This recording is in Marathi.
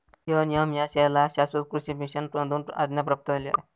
एन.एम.एस.ए ला शाश्वत कृषी मिशन मधून आज्ञा प्राप्त झाली आहे